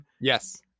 Yes